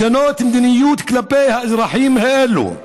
לשנות מדיניות כלפי האזרחים האלה.